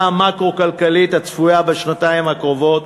המקרו-כלכלית הצפויה בשנתיים הקרובות,